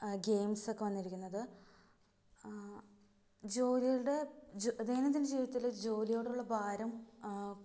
ഗെയിംസ്സൊക്കെ വന്നിരിക്കുന്നത് ജോലികളുടെ ദൈനംദിനജീവിതത്തില് ജോലിയോടുള്ള ഭാരം